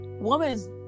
woman's